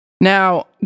Now